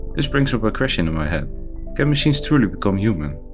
this brings up a question in my head can machines truly become human?